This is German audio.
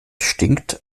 stinkt